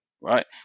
right